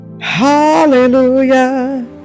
hallelujah